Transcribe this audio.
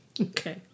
Okay